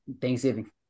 Thanksgiving